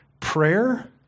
prayer